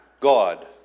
God